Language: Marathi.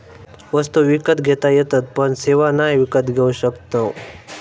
वस्तु विकत घेता येतत पण सेवा नाय विकत घेऊ शकणव